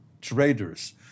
traders